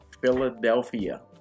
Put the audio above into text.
Philadelphia